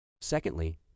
Secondly